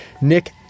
Nick